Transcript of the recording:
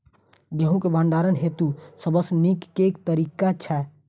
गेंहूँ केँ भण्डारण हेतु सबसँ नीक केँ तरीका छै?